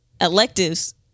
Electives